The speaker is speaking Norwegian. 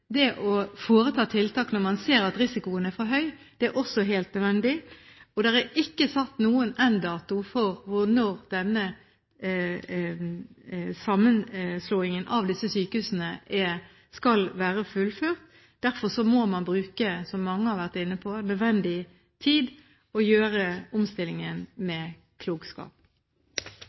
Det å foreta tiltak når man ser at risikoen er for høy, er også helt nødvendig. Og det er ikke satt noen sluttdato for når sammenslåingen av disse sykehusene skal være fullført. Derfor må man bruke – som mange har vært inne på – nødvendig tid og gjøre omstillingen med klokskap.